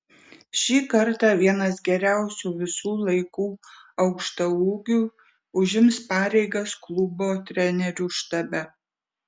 šį kartą vienas geriausių visų laikų aukštaūgių užims pareigas klubo trenerių štabe